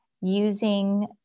using